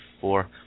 four